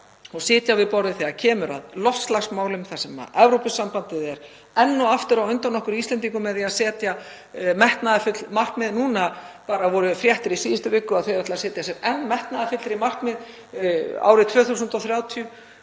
að sitja við borðið þegar kemur að loftslagsmálum, þar sem Evrópusambandið er enn og aftur á undan okkur Íslendingum með því að setja metnaðarfull markmið. Það voru fréttir af því í síðustu viku að þau ætluðu að setja sér enn metnaðarfyllri markmið árið 2030